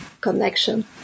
connection